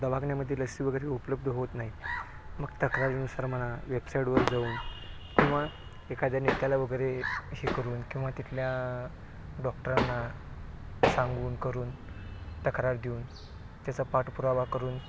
दवाखान्यामध्ये लसी वगैरे उपलब्ध होत नाही मग तक्रारीनुसार म्हणा वेबसाईटवर जाऊन किंवा एखाद्या नेत्याला वगैरे हे करून किंवा तिथल्या डॉक्टरांना सांगून करून तक्रार देऊन त्याचा पाठपुरावा करून